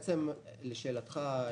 לשאלתך,